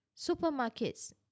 supermarkets